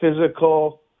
physical